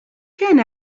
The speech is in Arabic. كان